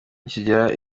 nikigera